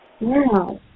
Wow